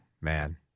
Man